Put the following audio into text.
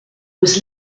was